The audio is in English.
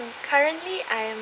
currently I'm